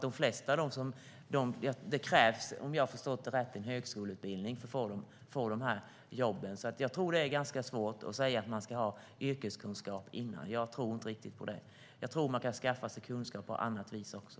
Det krävs, om jag förstått det rätt, en högskoleutbildning för att få de här jobben. Jag tror att det är svårt att säga att de ska ha yrkeskunskap innan. Jag tror inte riktigt på det. Jag tror att man kan skaffa sig kunskap på annat vis också.